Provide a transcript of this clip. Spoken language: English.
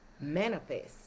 manifest